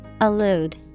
Allude